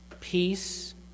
peace